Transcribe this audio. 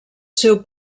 seu